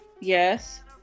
yes